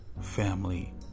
family